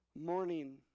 morning